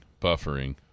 Buffering